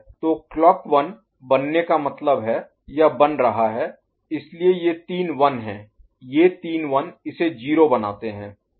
तो क्लॉक 1 बनने का मतलब यह 1 बन रहा है इसलिए ये तीन 1 ये तीन 1 इसे 0 बनाते हैं